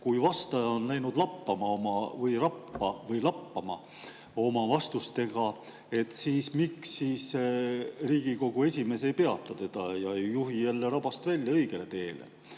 kui vastaja on läinud lappama või rappa oma vastustega, miks siis Riigikogu esimees ei peata teda ega juhi jälle rabast välja õigele teele.